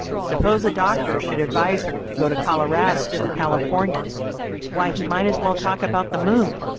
suppose a doctor should advise her to go to colorado, or california why he might as well talk about the moon.